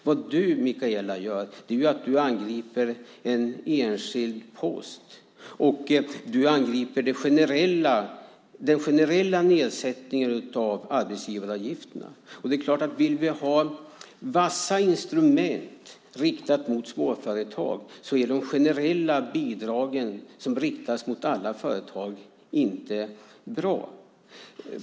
Vad du gör, Mikaela, är att angripa en enskild post. Du angriper den generella nedsättningen av arbetsgivaravgifterna. Vill vi ha vassa instrument riktade mot småföretag är de generella bidragen, som riktas mot alla företag, inte bra.